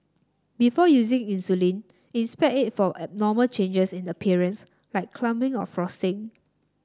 before using insulin inspect it for abnormal changes in appearance like clumping or frosting